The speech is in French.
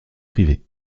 privée